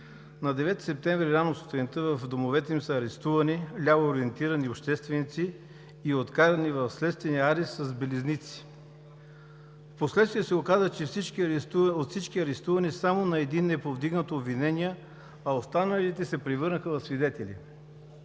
На 9 септември рано сутринта в домовете им са арестувани лявоориентирани общественици и откарани в следствения арест с белезници. Впоследствие се оказа, че от всички арестувани само на един е повдигнато обвинение, а останалите се превърнаха в свидетели.